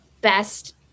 best